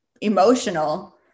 emotional